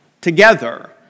together